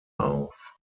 auf